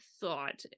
thought